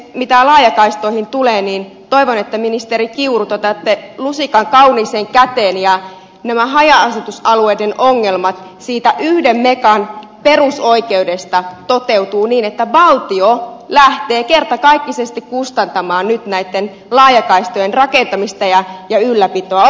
mitä laajakaistoihin tulee niin toivon ministeri kiuru että te otatte lusikan kauniiseen käteen näissä haja asutusalueiden ongelmissa ja se yhden megan perusoikeus toteutuu niin että valtio lähtee kertakaikkisesti kustantamaan nyt näiden laajakaistojen rakentamista ja ylläpitoa